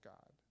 God